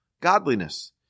godliness